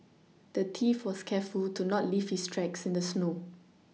the thief was careful to not leave his tracks in the snow